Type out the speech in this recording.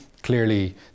Clearly